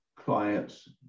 clients